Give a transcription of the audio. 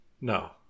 No